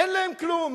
אין להם כלום.